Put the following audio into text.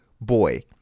boy